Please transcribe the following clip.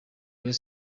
rayon